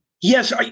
Yes